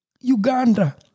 Uganda